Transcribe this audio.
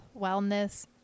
wellness